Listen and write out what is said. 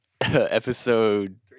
episode